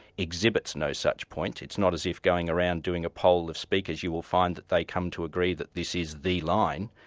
exhibits no such point. it's not as if going around doing a poll of speakers you will find that they come to agree that this is the line.